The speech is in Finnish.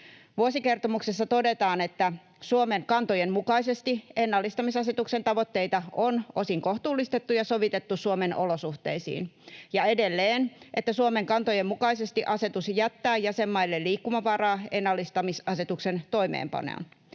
Vuosikertomuksessa todetaan, että ”Suomen kantojen mukaisesti ennallistamisasetuksen tavoitteita on osin kohtuullistettu ja sovitettu Suomen olosuhteisiin” ja edelleen, että ”Suomen kantojen mukaisesti asetus jättää jäsenmaille liikkumavaraa ennallistamisasetuksen toimeenpanoon”